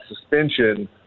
suspension